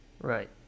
Right